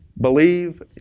believe